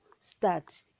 start